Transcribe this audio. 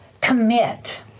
commit